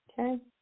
Okay